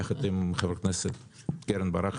יחד עם חברת הכנסת קרן ברק,